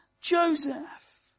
Joseph